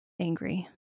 angry